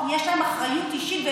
יש להם אחריות אישית,